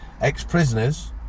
ex-prisoners